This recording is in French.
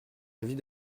avis